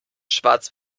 schwarz